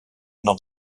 noch